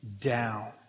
down